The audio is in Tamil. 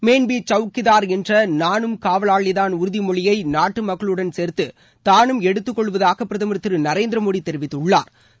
மெயின் பி சவுக்கிதார் என்ற நானும் காவலாளிதான் உறுதிமொழியை நாட்டு மக்களுடன் சேர்ந்து தானும் எடுத்துக்கொள்வதாக பிரதமர் திரு நரேந்திர மோடி தெரிவித்துள்ளாா்